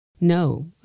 no